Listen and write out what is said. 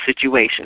situation